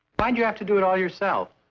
why'd you have to do it all yourself?